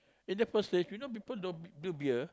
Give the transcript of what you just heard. in the first place you know people don't do beer